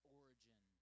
origin